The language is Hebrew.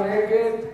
מי נגד?